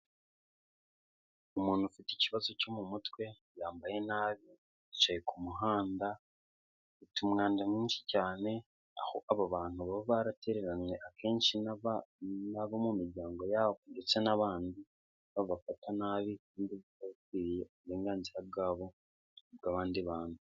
Umuntu ufite ikibazo cyo mu mutwe yambaye nabi yicaye ku muhanda, ufite ufite umwanda mwinshi cyane aho abo bantu baba baratereranye akenshi nabo mu miryango yabo ndetse n'abandi babafata nabi bakwiriye uburenganzira bwabo nk'ubw'abandi bantu.